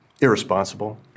Irresponsible